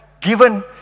given